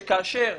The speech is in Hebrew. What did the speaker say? שכאשר